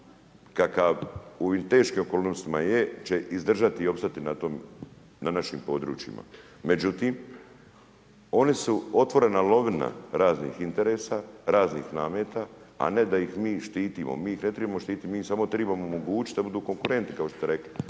kakav u ovim teškim okolnostima je, će izdržati i opstati na našim područjima. Međutim oni su otvorena lovina raznih interesa, raznih nameta a ne da ih mi štitimo, mi ih ne trebamo štiti, mi im samo trebamo omogućiti da budu konkurentni kao što ste rekli